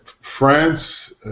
France